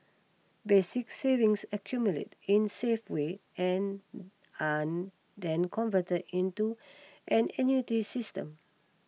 basic savings accumulate in safe way and then converted into an annuity system